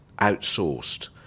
outsourced